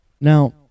Now